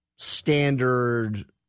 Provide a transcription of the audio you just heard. standard